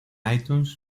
itunes